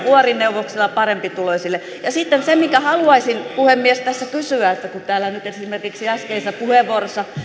vuorineuvoksilla ja parempituloisilla sitten siitä haluaisin puhemies tässä kysyä kun täällä nyt esimerkiksi äskeisessä puheenvuorossa